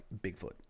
Bigfoot